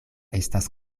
estas